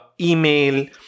email